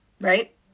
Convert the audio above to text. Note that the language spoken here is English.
Right